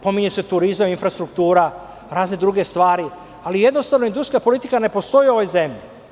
Pominju se turizam, infrastruktura, razne druge stvari, ali industrijska politika ne postoji u ovoj zemlji.